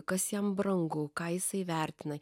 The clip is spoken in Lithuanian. kas jam brangu ką jisai vertina